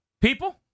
People